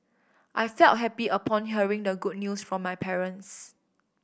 I felt happy upon hearing the good news from my parents